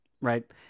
Right